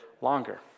longer